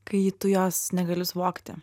kai tu jos negali suvokti